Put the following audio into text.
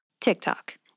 TikTok